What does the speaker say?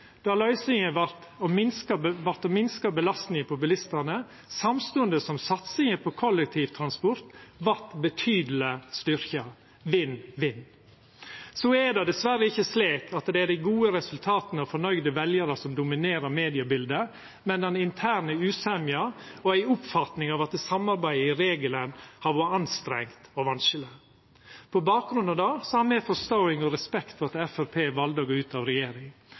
løysinga å minska belastninga for bilistane, samstundes som satsinga på kollektivtransport vart betydelig styrkt: vinn–vinn. Så er det dessverre ikkje slik at det er dei gode resultata og fornøgde veljarane som dominerer mediebiletet, men den interne usemja og ei oppfatning av at samarbeidet i regelen har vore anstrengt og vanskeleg. På bakgrunn av det har me forståing og respekt for at Framstegspartiet valde å gå ut av